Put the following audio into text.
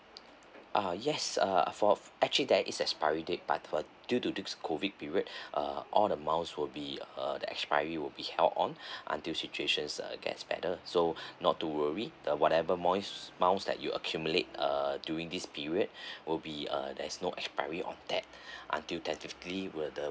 uh yes uh for actually there is expiry date but for due to do this COVID period uh all the miles will be uh the expiry will be held on until situation's uh get better so not to worry the whatever miles miles that you accumulate uh during this period will be uh there's no expiry on that until tactically were the